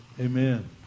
Amen